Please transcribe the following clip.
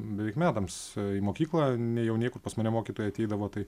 beveik metams į mokyklą nėjau niekur pas mane mokytojai ateidavo tai